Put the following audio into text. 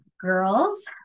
girls